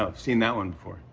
ah seen that one before,